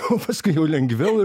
o paskui jau lengviau